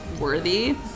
worthy